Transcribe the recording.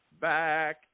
back